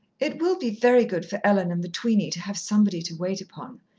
it will be very good for ellen and the tweeny to have somebody to wait upon.